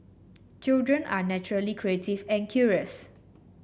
children are naturally creative and curious